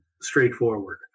straightforward